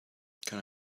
can